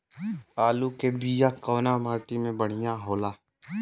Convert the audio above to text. आलू के बिया कवना माटी मे बढ़ियां होला?